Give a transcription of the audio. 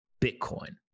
Bitcoin